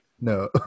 No